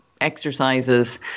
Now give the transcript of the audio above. exercises